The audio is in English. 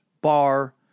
bar